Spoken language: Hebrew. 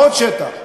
ועוד שטח,